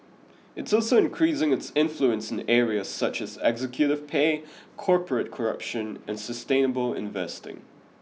it's also increasing its influence in areas such as executive pay corporate corruption and sustainable investing